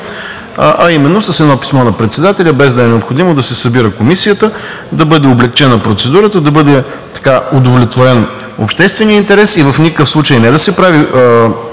а именно с едно писмо на председателя, без да е необходимо да се събира Комисията, да бъде облекчена процедурата, да бъде удовлетворен общественият интерес и в никакъв случай – не да се прави